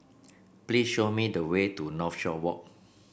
please show me the way to Northshore Walk